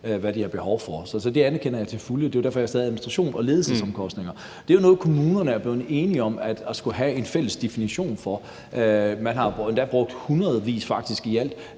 hvad de har behov for, så det anerkender jeg til fulde. Det var derfor, jeg sagde administrations- og ledelsesomkostninger. Det er jo noget, kommunerne er blevet enige om at skulle have en fælles definition for. Man har endda brugt hundredvis,